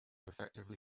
effectively